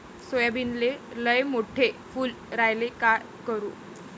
सोयाबीनले लयमोठे फुल यायले काय करू?